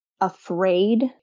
afraid